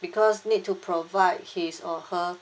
because need to provide his or her